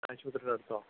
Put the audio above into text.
ആശുപത്രിയുടെ അടുത്തോ